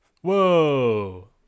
Whoa